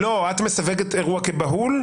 לא, את מסווגת אירוע כבהול?